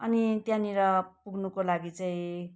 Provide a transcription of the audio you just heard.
अनि त्यहाँनिर पुग्नुको लागि चाहिँ